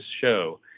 show